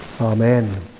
Amen